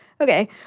Okay